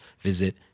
visit